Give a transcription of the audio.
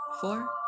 four